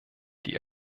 die